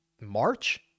March